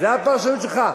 זאת הפרשנות שלך.